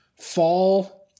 Fall